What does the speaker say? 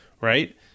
right